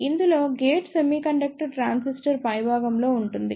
ఇందులో gate semiconductor transistor పైభాగంలో ఉంటుంది